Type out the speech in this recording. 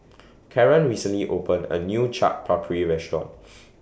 Karren recently opened A New Chaat Papri Restaurant